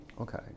Okay